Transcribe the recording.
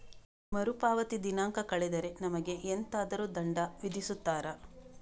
ಮರುಪಾವತಿ ದಿನಾಂಕ ಕಳೆದರೆ ನಮಗೆ ಎಂತಾದರು ದಂಡ ವಿಧಿಸುತ್ತಾರ?